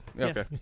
Okay